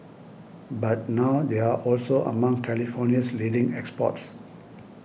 but now they are also among California's leading exports